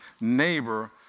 neighbor